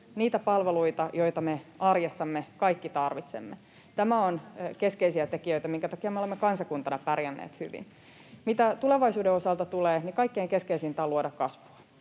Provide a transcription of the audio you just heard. niitä palveluita, joita me arjessamme kaikki tarvitsemme. Nämä ovat keskeisiä tekijöitä, minkä takia me olemme kansakuntana pärjänneet hyvin. Mitä tulevaisuuden osalta tulee, niin kaikkein keskeisintä on luoda kasvua,